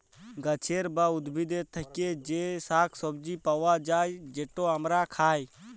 গাহাচের বা উদ্ভিদের থ্যাকে যে শাক সবজি পাউয়া যায়, যেট আমরা খায়